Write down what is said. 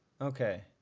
Okay